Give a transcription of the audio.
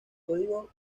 código